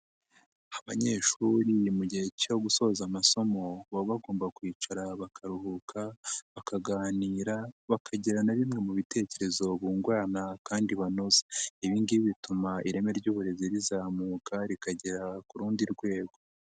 Abanyeshuri mu gihe cyo gusoza amasomo, baba bagomba kwicara bakaruhuka, bakaganira, bakagira na bimwe mu bitekerezo bungurana kandi banoza, ibi ngibi bituma ireme ry'uburezi rizamuka rikagera ku rundi rwego.